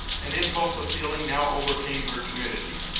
an impulse of feeling now overcame her timidity,